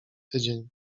tydzień